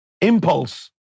impulse